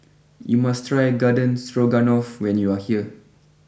you must try Garden Stroganoff when you are here